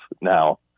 now